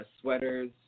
sweaters